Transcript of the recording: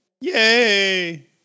Yay